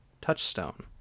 Touchstone